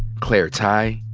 claire tighe,